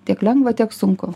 tiek lengva tiek sunku